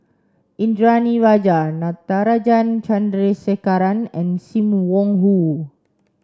Indranee Rajah Natarajan Chandrasekaran and Sim Wong Hoo